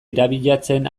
irabiatzen